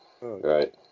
right